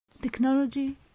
Technology